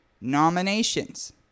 nominations